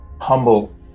humble